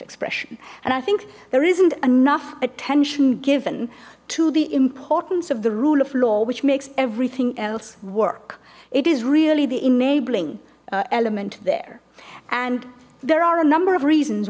expression and i think there isn't enough attention given to the importance of the rule of law which makes everything else work it is really the enabling element there and there are a number of reasons